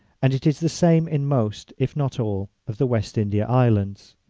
and it is the same in most, if not all, of the west india islands.